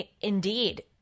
Indeed